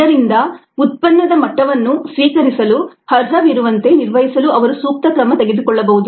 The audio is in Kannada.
ಇದರಿಂದ ಉತ್ಪನ್ನದ ಮಟ್ಟವನ್ನು ಸ್ವೀಕರಿಸಲು ಅರ್ಹವಿರುವಂತೆ ನಿರ್ವಹಿಸಲು ಅವರು ಸೂಕ್ತ ಕ್ರಮ ತೆಗೆದುಕೊಳ್ಳಬಹುದು